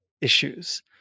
issues